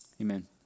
Amen